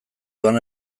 doan